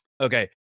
okay